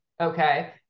Okay